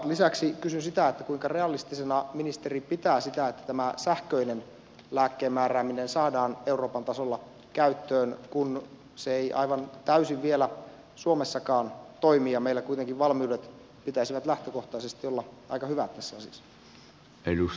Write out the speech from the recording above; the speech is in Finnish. lisäksi kysyn sitä kuinka realistisena ministeri pitää sitä että tämä sähköinen lääkkeen määrääminen saadaan euroopan tasolla käyttöön kun se ei aivan täysin vielä suomessakaan toimi ja meillä kuitenkin valmiuksien pitäisi lähtökohtaisesti olla aika hyvät tässä asiassa